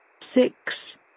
six